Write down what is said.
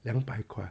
两百块